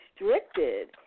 restricted